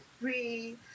free